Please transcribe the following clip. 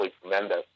tremendous